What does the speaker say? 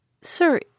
Sir